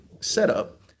setup